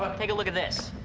but take a look at this.